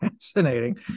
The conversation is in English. fascinating